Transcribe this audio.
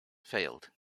failed